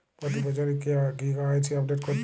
প্রতি বছরই কি কে.ওয়াই.সি আপডেট করতে হবে?